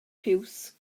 piws